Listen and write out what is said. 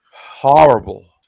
Horrible